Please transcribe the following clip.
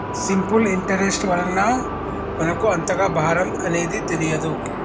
simple interest వలన మనకు అంతగా భారం అనేది తెలియదు